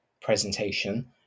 presentation